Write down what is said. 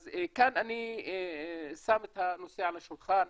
אז כאן אני שם את הנושא על השולחן.